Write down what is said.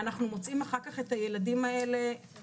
ואנחנו מוצאים את הילדים האלה אחר כך,